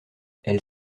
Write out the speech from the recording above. elle